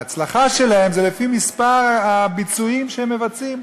ההצלחה שלהן היא לפי מספר העיקולים שהן מבצעות.